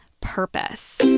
purpose